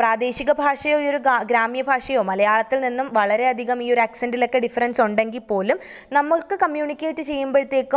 പ്രാദേശിക ഭാഷയോ ഈയൊരു ഗ്രാമ്യഭാഷയോ മലയാളത്തില് നിന്നും വളരെ അധികം ഈയൊരു അക്സന്റിലൊക്കെ ഡിഫ്രന്സുണ്ടെങ്കിൽപ്പോലും നമ്മള്ക്ക് കമ്മ്യൂണിക്കേറ്റ് ചെയ്യുമ്പോഴത്തേക്കും